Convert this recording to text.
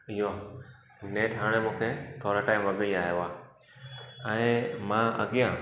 इहो नेठि हाणे मूंखे थोरो टाइम अॻु ई आयो आहे ऐं मां अॻियां